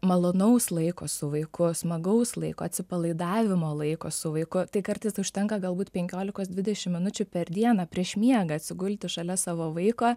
malonaus laiko su vaiku smagaus laiko atsipalaidavimo laiko su vaiku tai kartais užtenka galbūt penkiolikos dvidešimt minučių per dieną prieš miegą atsigulti šalia savo vaiko